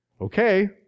okay